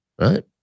right